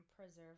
preserve